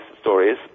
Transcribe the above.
stories